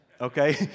okay